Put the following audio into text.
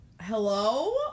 Hello